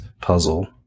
puzzle